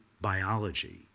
biology